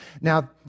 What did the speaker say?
Now